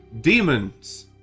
Demons